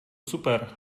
super